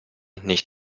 nicht